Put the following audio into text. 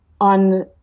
on